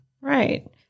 Right